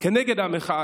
כנגד המחאה,